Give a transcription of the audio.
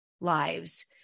lives